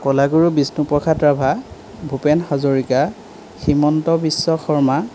Kalaguru Bishnuprasad Rabha Bhupen Hazarika Himanta Biswa Sharma